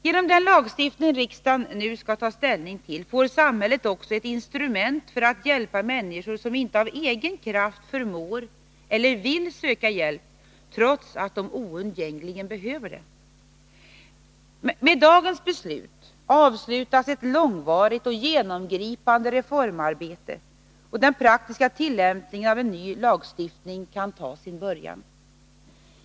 Genom den lagstiftning riksdagen nu skall ta ställning till får samhället också ett instrument för att hjälpa människor som inte av egen kraft förmår eller vill söka hjälp, trots att de oundgängligen behöver det. Med dagens beslut avslutas ett långvarigt och genomgripande reformar bete, och den praktiska tillämpningen av en ny lagstiftning kan ta sin Nr 52 början.